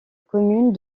commune